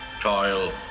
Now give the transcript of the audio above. toil